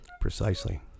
Precisely